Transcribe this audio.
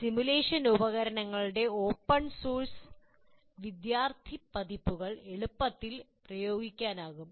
simulation ഉപകരണങ്ങളുടെ open source വിദ്യാർത്ഥി പതിപ്പുകൾ എളുപ്പത്തിൽ ഉപയോഗിക്കാനാകും